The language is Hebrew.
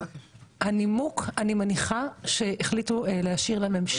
הנימוק, אני מניחה שהחליטו להשאיר לממשלה-